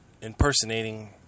impersonating